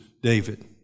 David